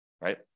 right